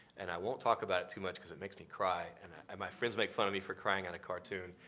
and i won't talk about it too much because it makes me cry. and my friends make fun of me for crying on a cartoon.